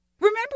Remember